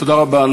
תודה רבה.